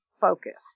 focused